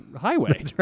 highway